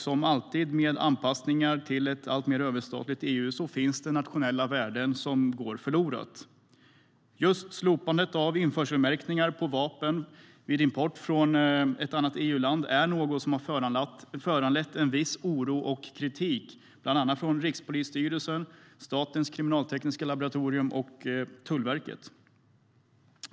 Som alltid vid anpassningar till ett alltmer överstatligt EU finns det nationella värden som går förlorade. Just slopandet av införselmärkningar på vapen vid import från ett annat EU-land är något som föranlett en viss oro hos och kritik från bland annat Rikspolisstyrelsen, Statens kriminaltekniska laboratorium och Tullverket.